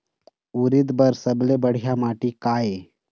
उरीद बर सबले बढ़िया माटी का ये?